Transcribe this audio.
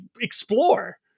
Explore